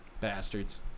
Bastards